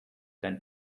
than